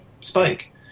Spike